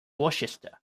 worcester